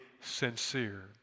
sincere